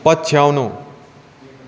पछ्याउनु